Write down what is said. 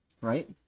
right